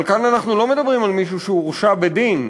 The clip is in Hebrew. אבל כאן אנחנו לא מדברים על מישהו שהורשע בדין,